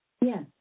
Yes